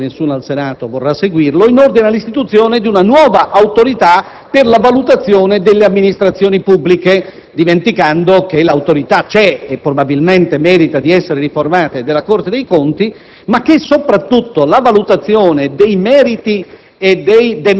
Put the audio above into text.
mi auguro che nessuno al Senato vorrà seguirlo) in ordine all'istituzione di una nuova Autorità per la valutazione delle amministrazioni pubbliche, dimenticando che l'autorità c'è (e probabilmente merita di essere riformata) ed è la Corte dei conti, ma soprattutto che la valutazione dei meriti